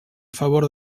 favor